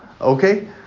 Okay